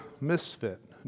misfit